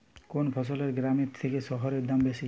কোন ফসলের গ্রামের থেকে শহরে দাম বেশি?